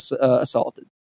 assaulted